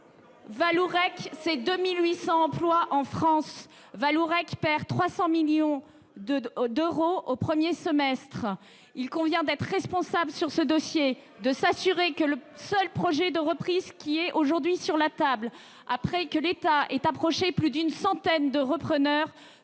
Vallourec 2 800 emplois en France. Vallourec a perdu 300 millions d'euros au premier semestre. Il convient d'aborder ce dossier de manière responsable, de s'assurer que le seul projet de reprise qui soit aujourd'hui sur la table après que l'État a approché plus d'une centaine de repreneurs